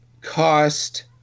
cost